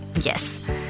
Yes